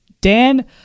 Dan